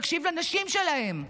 תקשיב לנשים שלהם,